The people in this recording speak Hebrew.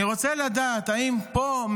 אני רוצה לדעת האם פה,